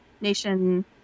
nation